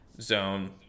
zone